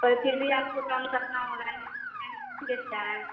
पर फिर भी आपको कम करना होगा नी